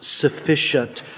sufficient